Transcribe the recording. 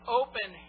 open